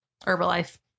Herbalife